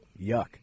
Yuck